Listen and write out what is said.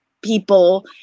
people